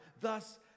thus